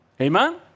Amen